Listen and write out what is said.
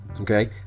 Okay